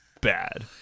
bad